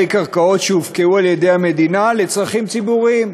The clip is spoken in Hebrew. קרקעות שהופקעו על-ידי המדינה לצרכים ציבוריים.